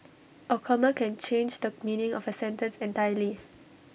A comma can change the meaning of A sentence entirely